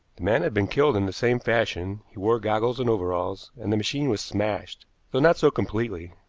man had been killed in the same fashion, he wore goggles and overalls, and the machine was smashed, though not so completely.